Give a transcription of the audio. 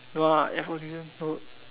no lah air force museum no